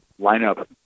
lineup